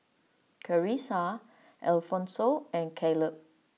Clarisa Alfonso and Clabe